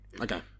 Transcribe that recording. Okay